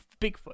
Bigfoot